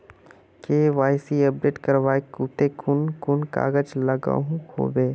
KYC update करवार केते कुन कुन कागज लागोहो होबे?